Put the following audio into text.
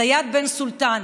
זאייד בן סולטאן,